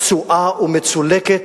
פצועה ומצולקת,